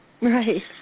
Right